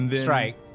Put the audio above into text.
Strike